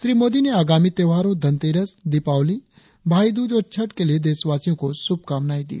श्री मोदी ने आगामी त्योहारों धनतेरस दीपावली भाई दूज और छठ के लिए देशवासियों को शुभकामनाएं दी